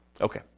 Okay